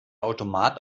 automat